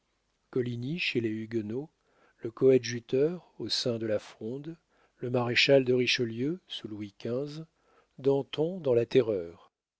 coligny chez les huguenots le coadjuteur au sein de la fronde le maréchal de richelieu sous louis xv danton dans la terreur